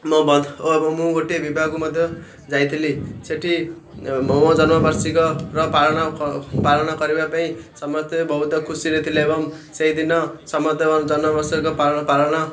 ମୋ ବନ୍ଧ ଓ ମୁଁ ଗୋଟଏ ବିବାହକୁ ମଧ୍ୟ ଯାଇଥିଲି ସେଠି ମୋ ଜନ୍ମବାର୍ଷିକର ପାଳନ ପାଳନ କରିବା ପାଇଁ ସମସ୍ତେ ବହୁତ ଖୁସିରେ ଥିଲେ ଏବଂ ସେଇଦିନ ସମସ୍ତେ ଜନ୍ମବାର୍ଷିକ ପାଳନ